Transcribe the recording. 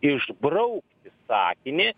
išbraukti sakinį